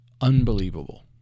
unbelievable